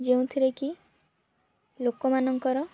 ଯେଉଁଥିରେ କି ଲୋକ ମାନଙ୍କର